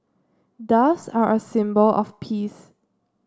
doves are a symbol of peace